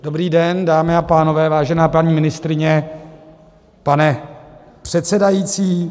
Dobrý den, dámy a pánové, vážená paní ministryně, pane předsedající.